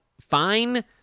fine